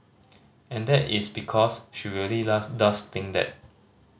and that is because she really does think that